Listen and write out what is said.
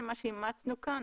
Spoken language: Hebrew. מה שאימצנו כאן,